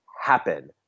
happen